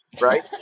right